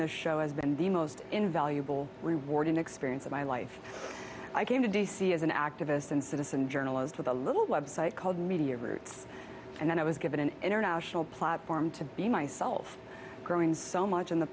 the show has been the most invaluable rewarding experience of my life i came to d c as an activist and citizen journalist with a little website called media roots and i was given an international platform to be myself growing so much in the